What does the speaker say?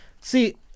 See